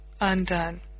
undone